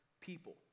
people